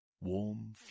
warm